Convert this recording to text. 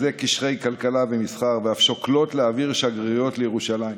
לחזק קשרי כלכלה ומסחר ואף שוקלות להעביר שגרירויות לירושלים.